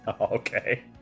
Okay